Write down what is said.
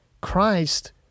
Christ